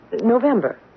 November